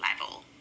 level